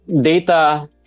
data